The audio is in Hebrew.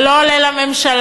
זה לא עולה לממשלה,